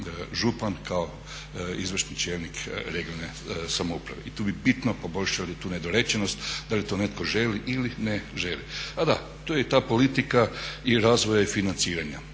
župan kao izvršni čelnik regionalne samouprave. I tu bi bitno poboljšali tu nedorečenost da li to netko želi ili ne želi. A da, tu je i ta politika i razvoja i financiranja.